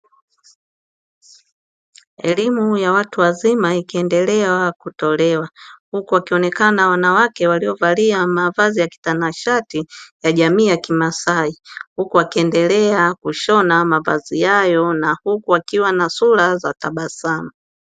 Elimu ya watu wazima ikiendelea kutolewa. Huku wakikonekana wanawake waliovalia mavazi ya kitanashati ya jamii ya kimaasai. Huku wakiendelea kushona mavazi hayo na huku wakiwa na sura za tabasamu.